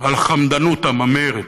על החמדנות הממארת,